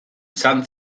izan